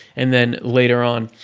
and then later on.